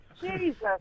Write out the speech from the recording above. Jesus